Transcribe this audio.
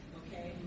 okay